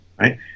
right